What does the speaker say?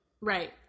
Right